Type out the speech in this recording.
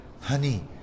Honey